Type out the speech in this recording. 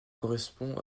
correspond